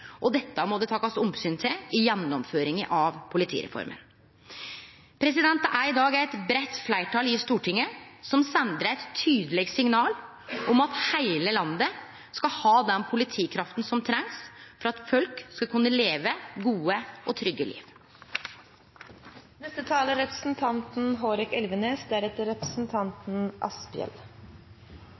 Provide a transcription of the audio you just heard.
og dette må det tas omsyn til i gjennomføringa av politireforma. Det er i dag eit breitt fleirtal i Stortinget som sender eit tydeleg signal om at heile landet skal ha den politikrafta som trengst for at folk skal kunne leve gode og trygge